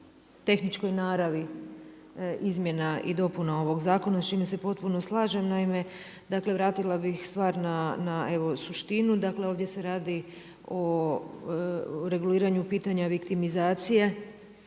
tehničkoj naravi izmjena i dopuna ovoga zakona s čime se potpuno slažem. Naime, dakle vratila bih stvar na suštinu. Dakle ovdje se radi na reguliranju pitanja viktimizacije,